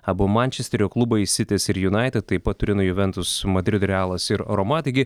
abu mančesterio klubai sitis ir junaited taip pat turino juventus madrido realas ir roma taigi